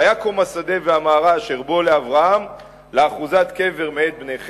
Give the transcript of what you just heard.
ויקם השדה והמערה אשר בו לאברהם לאחזת קבר מאת בני חת".